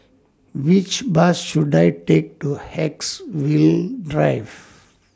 Which Bus should I Take to Haigsville Drive